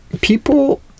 people